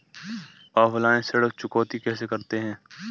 Offline ऋण चुकौती कैसे करते हैं?